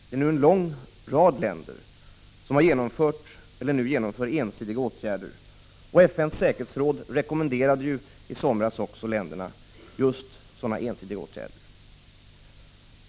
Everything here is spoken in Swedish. Det är nu en lång rad länder som har genomfört eller nu genomför ensidiga åtgärder. FN:s säkerhetsråd rekommenderade i somras också länderna att vidta just sådana ensidiga åtgärder.